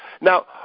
now